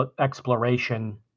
exploration